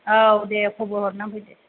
औ दे खबर हरनानै फैदो